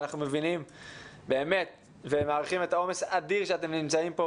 אנחנו מבינים ומעריכים את העומס האדיר שאתם נמצאים בו,